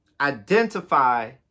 Identify